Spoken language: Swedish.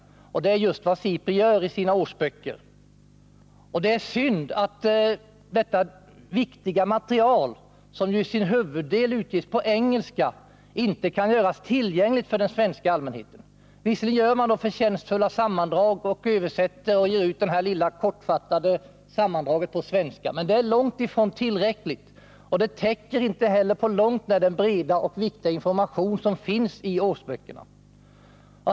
Det är just vad SIPRI gör i sina årsböcker. Det är synd att detta viktiga material, som till huvuddelen utges på engelska, inte kan göras tillgängligt för den svenska allmänheten. Visserligen gör man förtjänstfulla sammandrag i översättning till svenska, men det är långt ifrån tillräckligt, och det täcker inte heller på långt när den breda och viktiga information som finns i årsböckerna.